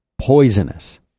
poisonous